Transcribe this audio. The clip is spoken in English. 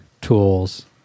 tools